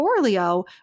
Forleo